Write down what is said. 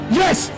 yes